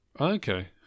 Okay